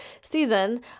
season